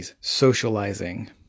socializing